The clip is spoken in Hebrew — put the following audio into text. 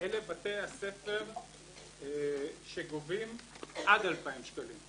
אלה בתי הספר שגובים עד 2,000 שקלים,